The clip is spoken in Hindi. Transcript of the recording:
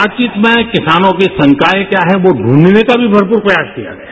बातचीत में किसानों की शंकायें क्या हैं वो द्वंढने का भी भरपूर प्रयास किया गया है